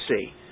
see